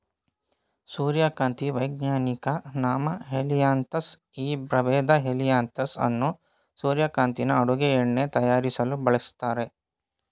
ಸೂರ್ಯಕಾಂತಿ ವೈಜ್ಞಾನಿಕ ನಾಮ ಹೆಲಿಯಾಂತಸ್ ಈ ಪ್ರಭೇದ ಹೆಲಿಯಾಂತಸ್ ಅನ್ನಸ್ ಸೂರ್ಯಕಾಂತಿನ ಅಡುಗೆ ಎಣ್ಣೆ ತಯಾರಿಸಲು ಬಳಸ್ತರೆ